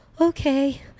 okay